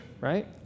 right